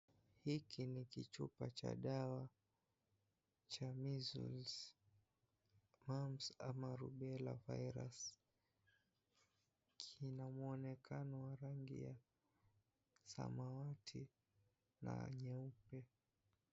Hiki ni kichupa cha dawa cha measles, mumps ama rubela virus kina muonekano wa rangi ya samawati na nyeupe.